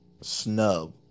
snub